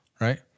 right